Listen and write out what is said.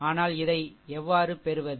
ஆனால் இதை எவ்வாறு பெறுவது